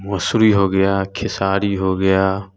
मसूर हो गया खेसारी हो गया